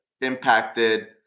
impacted